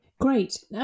Great